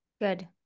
Good